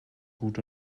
gut